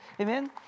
Amen